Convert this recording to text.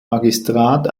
magistrat